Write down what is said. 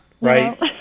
right